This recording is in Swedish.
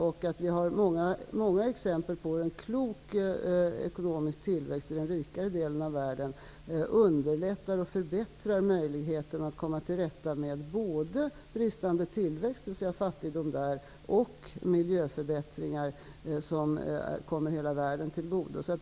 Det finns många exempel på hur en klok ekonomisk tillväxt i den rikare delen av världen underlättar och förbättrar möjligheterna att komma till rätta både med bristande tillväxt, dvs. fattigdom, och med miljöproblem, vilket kommer hela världen till godo.